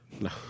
No